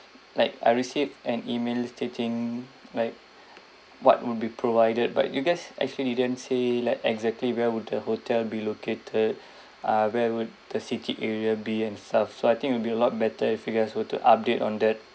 like I received an email stating like what would be provided but you guys actually didn't say like exactly where would the hotel be located ah where would the city area be and stuff so I think it will be a lot better if you guys were to update on that